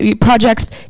projects